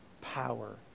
power